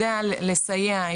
יודע לסייע,